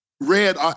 Red